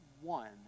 one